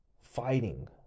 fighting